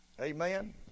Amen